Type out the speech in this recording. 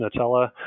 nutella